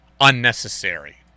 unnecessary